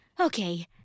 Okay